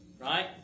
right